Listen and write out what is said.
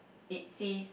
it says